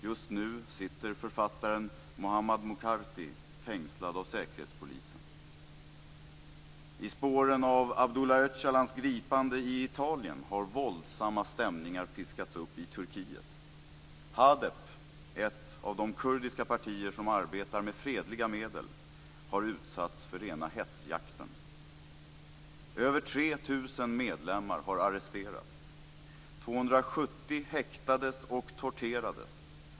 Just nu sitter författaren Muhammad I spåren av Abdullah Öcalans gripande i Italien har våldsamma stämningar piskats upp i Turkiet. Hadep - ett av de kurdiska partier som arbetar med fredliga medel - har utsatts för rena hetsjakten. Över 3 000 medlemmar har arresterats. 270 häktades och torterades.